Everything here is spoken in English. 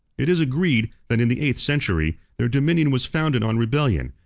it is agreed, that in the eighth century, their dominion was founded on rebellion,